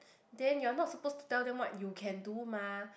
then you are not suppose to tell them what you can do mah